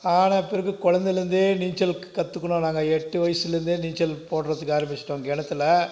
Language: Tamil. ஆன பிறகு குழந்தையிலேருந்தே நீச்சல் கற்றுக்கணும் நாங்கள் எட்டு வயதுலேருந்தே நீச்சல் போடுறதுக்கு ஆரம்பித்திட்டோம் கிணத்துல